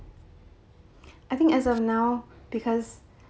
I think as of now because